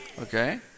Okay